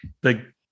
big